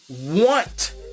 want